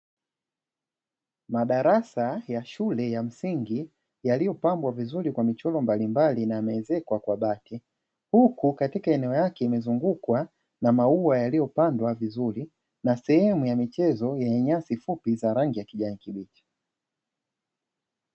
Madarasa ya shule ya msingi yaliyopandwa vizuri kwa mifumo mbalimbali na yamewezekwa kwa bati, huku katika eneo eneo lake limezungukwa na mauwa yaliyopandwa vizuri, na sehemu ya michezo yenye nyasi fupi ya rangi ya kijani kibichi.